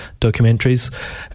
documentaries